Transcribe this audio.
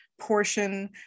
portion